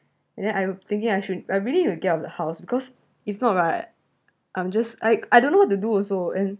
and then I'm thinking I should I really to get out of the house because if not right I'm just I I don't know what to do also and